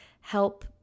help